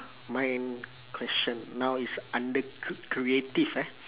my question now is under cr~ creative ah